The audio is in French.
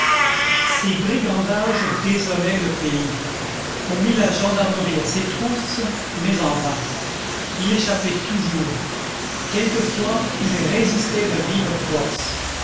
ses brigandages désolaient le pays on mit la gendarmerie à ses trousses mais en vain il échappait toujours quelquefois il résistait de vive force